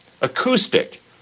acoustic